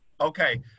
Okay